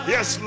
Yes